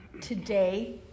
today